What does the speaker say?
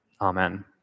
Amen